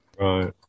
Right